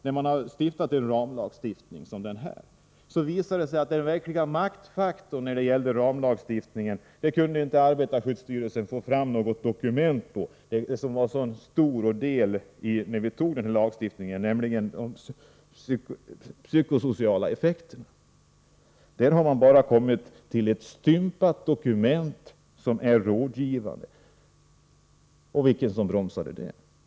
När man stiftat en ramlag som denna visar det sig att arbetarskyddsstyrelsen inte kunnat få fram något dokument beträffande den verkliga maktfaktor som ändå utgjorde en så stor del när lagstiftningen antogs, nämligen de psykosociala effekterna. Där har man bara fått fram ett stympat dokument, som är rådgivande. Vem bromsade detta?